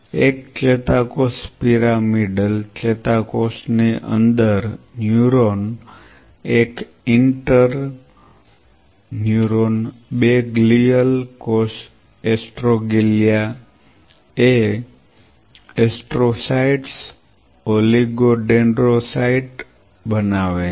એક ચેતાકોષ પિરામિડલ ચેતાકોષની અંદર ન્યુરોન એક ઇન્ટર ન્યુરોન 2 ગ્લિયલ કોષ એસ્ટ્રોગ્લિયા એ એસ્ટ્રોસાયટ્સ ઓલિગોડેન્ડ્રોસાઇટ બનાવે છે